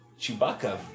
Chewbacca